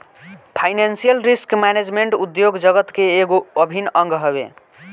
financial risk management उद्योग जगत के एगो अभिन्न अंग हवे